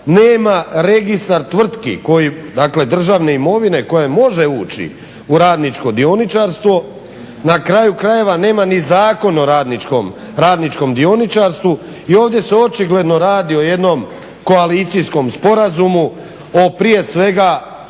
Nema registar tvrtki državne imovine koja može ući u radničko dioničarstvo. Na kraju krajeva, nema ni zakon o radničkom dioničarstvu i ovdje se očigledno radi o jednom koalicijskom sporazumu, o prije svega